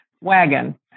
wagon